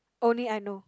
only I know